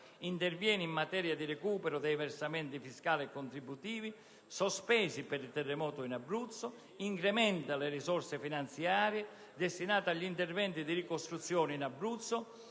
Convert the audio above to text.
interviene in materia di recupero dei versamenti fiscali e contributivi sospesi per il terremoto in Abruzzo; incrementa le risorse finanziarie destinate agli interventi di ricostruzione in Abruzzo